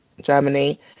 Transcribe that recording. Germany